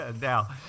Now